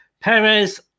Perez